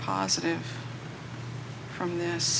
positive from this